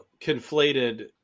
conflated